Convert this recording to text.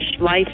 Life